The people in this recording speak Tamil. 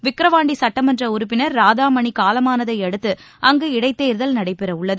விக்கிரவாண்டி சட்டமன்ற உறுப்பினர் ராதாமணி காலமானதையடுத்து அங்கு இடைத்தேர்தல் நடைபெற உள்ளது